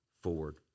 forward